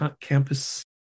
campus